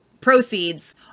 proceeds